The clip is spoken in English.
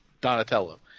Donatello